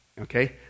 okay